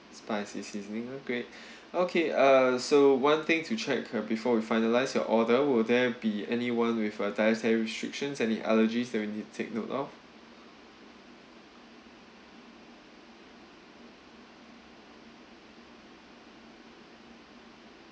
spicy seasoning okay okay uh so one thing to check before we finalize your order will there be anyone with a dietary restrictions any allergies that we need to take note of